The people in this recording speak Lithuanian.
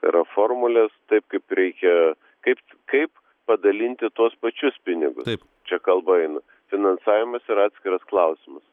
yra formulės taip kaip reikia kaip kaip padalinti tuos pačius pinigus čia kalba eina finansavimas yra atskiras klausimas